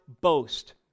boast